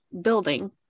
building